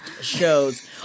shows